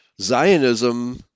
Zionism